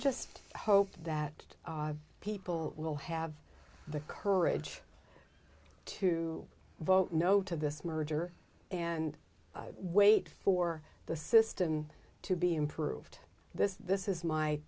just hope that people will have the courage to vote no to this merger and wait for the system to be improved this this is my